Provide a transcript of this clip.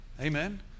Amen